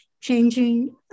changing